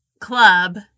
club